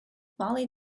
mollie